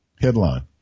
Headline